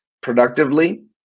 productively